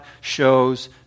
shows